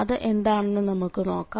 അത് എന്താണന്നു നമുക്ക് നോക്കാം